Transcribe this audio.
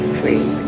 free